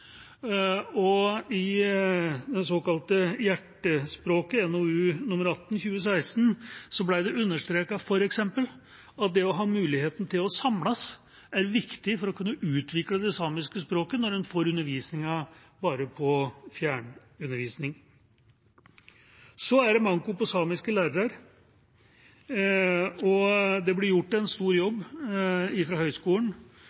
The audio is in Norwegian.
og i NOU 2016: 18, Hjertespråket, ble det understreket at det å ha muligheten til å samles er viktig for å kunne utvikle det samiske språket når en bare får fjernundervisning. Det er manko på samiske lærere. Det blir gjort en stor